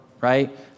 right